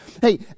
hey